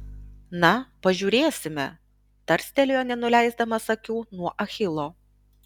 na pažiūrėsime tarstelėjo nenuleisdamas akių nuo achilo